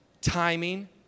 timing